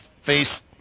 face